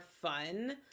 fun